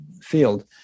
field